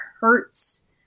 hurts